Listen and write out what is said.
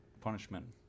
punishment